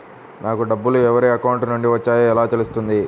నాకు డబ్బులు ఎవరి అకౌంట్ నుండి వచ్చాయో ఎలా తెలుస్తుంది?